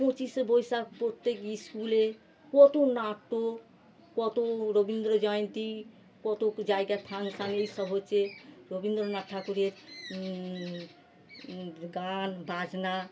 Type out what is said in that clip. পঁচিশে বৈশাখ প্রত্যেক স্কুলে কত নাটক কত রবীন্দ্র জয়ন্তী কত জায়গার ফাংশান এইসব হচ্ছে রবীন্দ্রনাথ ঠাকুরের গান বাজনা